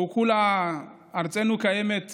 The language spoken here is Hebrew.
וכולה ארצנו, מדינתנו,